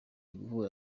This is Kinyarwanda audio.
guhura